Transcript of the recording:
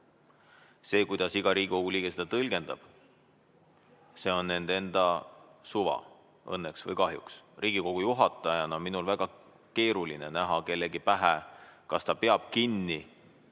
See, kuidas iga Riigikogu liige seda tõlgendab, on tema enda suva – õnneks või kahjuks. Riigikogu juhatajana on minul väga keeruline näha kellegi pähe, kas ta peab kinni